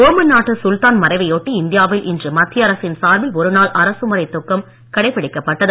Oman நாட்டு சுல்தான் மறைவையொட்டி இந்தியாவில் இன்று மத்திய அரசின் சார்பில் ஒரு நாள் அரசுமுறை துக்கம் கடைபிடிக்கப் பட்டது